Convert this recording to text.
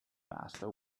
master